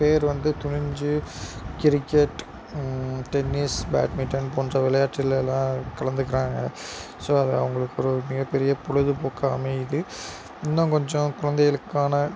பேர் வந்து துணிஞ்சு கிரிக்கெட் டென்னிஸ் பேட்மிட்டன் போன்ற விளையாட்டுலெலாம் கலந்துக்கிறாங்க ஸோ அது அவர்களுக்கு ஒரு மிகப் பெரிய பொழுதுபோக்காக அமையுது இன்னும் கொஞ்சம் குழந்தைகளுக்கான